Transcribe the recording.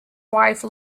wife